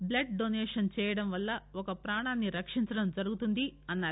blood donation చేయడం వల్ల ఒక ప్రాణాన్ని రక్షించడం జరుగుతుందని అన్నారు